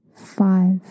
five